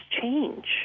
change